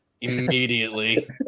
immediately